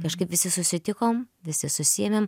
kažkaip visi susitikom visi susiėmėm